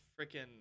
freaking